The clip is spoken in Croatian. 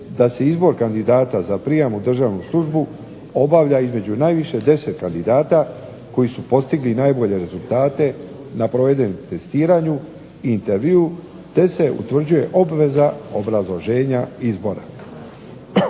da se izbor kandidata za prijam u državnu službu obavlja između najviše 10 kandidata koji su postigli najbolje rezultate na provedenom testiranju i intervjuu te se utvrđuje obveza obrazložena izbora.